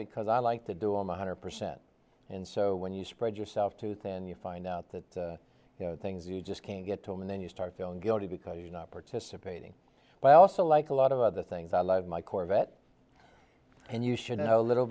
because i like to do on one hundred percent and so when you spread yourself too thin you find out that you know things you just can't get to and then you start feeling guilty because you're not participating but also like a lot of other things i love my corvette and you should know a little